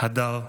הדר,